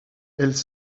elles